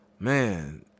Man